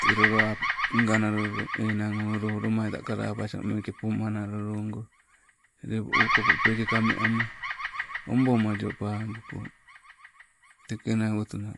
telolo ap nganalo enang o loo lomaitai kalapasio meeke pomanalologo lepo okopo peeke kamee amma, obomalio pakubo tekee nai wotuna.